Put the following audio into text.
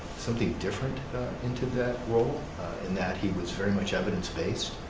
something different into that role in that he was very much evidence based.